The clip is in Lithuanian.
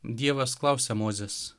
dievas klausia mozės